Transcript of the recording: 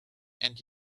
and